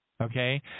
Okay